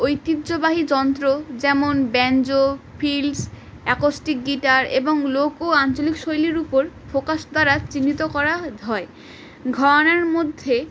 ঐতিহ্যবাহী যন্ত্র যেমন ব্যাঞ্জো ফিলস এক্যোসষ্টিক গিটার এবং লোকো আঞ্চলিক শৈলীর উপর ফোকাস দ্বারা চিহ্নিত করা হয় ঘরনার মধ্যে